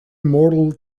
immortal